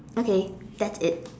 okay that's it